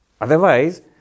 Otherwise